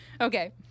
Okay